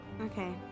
Okay